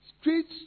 streets